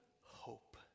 hope